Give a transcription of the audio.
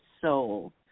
soul